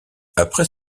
après